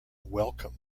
welcome